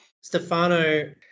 Stefano